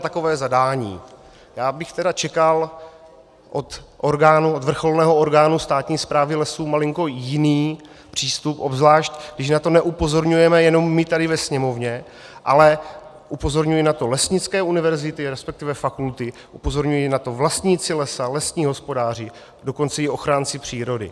Já bych tedy čekal od vrcholného orgánu státní správy lesů malinko jiný přístup, obzvlášť když na to neupozorňujeme jenom my tady ve Sněmovně, ale upozorňují na to lesnické univerzity, respektive fakulty, upozorňují na to vlastníci lesa, lesní hospodáři, dokonce i ochránci přírody.